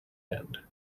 end